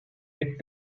with